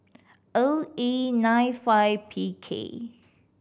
O E nine five P K